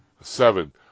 Seven